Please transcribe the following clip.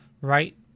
right